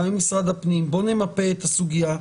גם עם משרד הפנים בואו נמפה את הסוגיה.